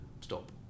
stop